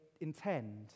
intend